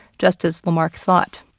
just as lamarck thought.